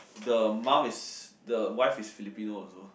the mum is the wife is Filipino also